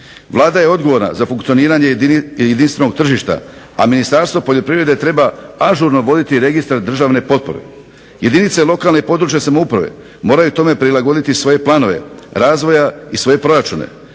Vlada je odgovorna za funkcioniranje jedinstvenog tržišta, a Ministarstvo poljoprivrede treba ažurno voditi registar državne potpore. Jedinice lokalne i područne samouprave moraju tome prilagoditi svoje planove razvoja i svoje proračune,